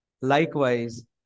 Likewise